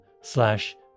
slash